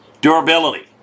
Durability